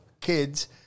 kids